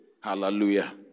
Hallelujah